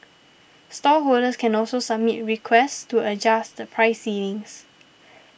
stallholders can also submit requests to adjust price ceilings